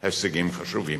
הישגים חשובים.